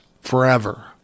forever